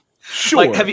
Sure